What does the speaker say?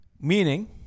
Meaning